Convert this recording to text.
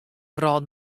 wrâld